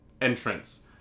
entrance